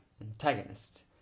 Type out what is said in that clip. antagonist